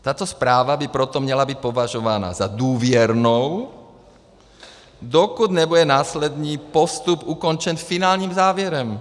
Tato zpráva by proto měla být považována za důvěrnou, dokud nebude následný postup ukončen finálním závěrem.